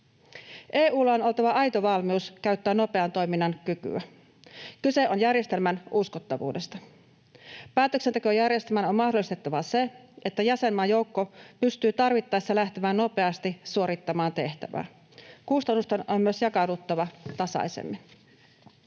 EU:lla on oltava aito valmius käyttää nopean toiminnan kykyä. Kyse on järjestelmän uskottavuudesta. Päätöksentekojärjestelmän on mahdollistettava se, että jäsenmaan joukko pystyy tarvittaessa lähtemään nopeasti suorittamaan tehtävää. Kustannusten on myös jakauduttava tasaisemmin.